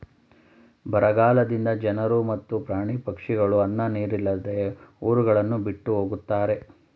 ಬರಗಾಲದಿಂದ ಜನರು ಮತ್ತು ಪ್ರಾಣಿ ಪಕ್ಷಿಗಳು ಅನ್ನ ನೀರಿಲ್ಲದೆ ಊರುಗಳನ್ನು ಬಿಟ್ಟು ಹೊಗತ್ತರೆ